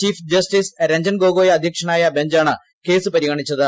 chief justice Ranjan Gogoi അധ്യക്ഷനായ ബഞ്ചാണ് case പരിഗണിച്ചത്